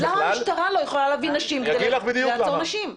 למה המשטרה לא יכולה להביא נשים כדי לעצור נשים?